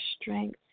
strength